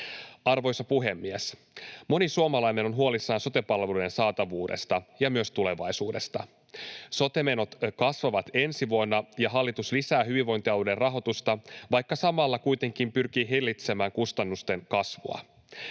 Arvoisa puhemies! Moni suomalainen on huolissaan sote-palveluiden saatavuudesta ja myös tulevaisuudesta. Sote-menot kasvavat ensi vuonna, ja hallitus lisää hyvinvointialueiden rahoitusta, vaikka samalla kuitenkin pyrkii hillitsemään kustannusten kasvua.